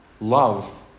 Love